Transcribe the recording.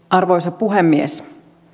arvoisa puhemies